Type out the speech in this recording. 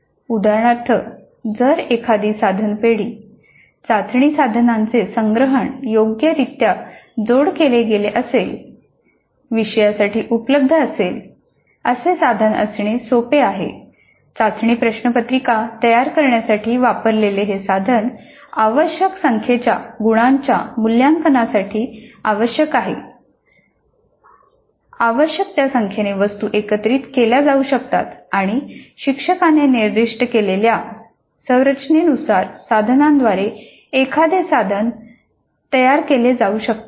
उदाहरणार्थ जर एखादी साधन पेढी चाचणी साधनाचे संग्रहण योग्यरित्या जोड केले गेले असेल विषयासाठी उपलब्ध असेल तर असे साधन असणे सोपे आहे चाचणी प्रश्नपत्रिका तयार करण्यासाठी वापरले हे साधन आवश्यक संख्येच्या गुणांच्या मूल्यांकनासाठी आवश्यक वस्तू आहेत आवश्यक त्या संख्येने वस्तू एकत्रित केल्या जाऊ शकतात आणि शिक्षकाने निर्दिष्ट केलेल्या संरचनेनुसार साधनाद्वारे एखादे साधन तयार केले जाऊ शकते